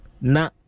Na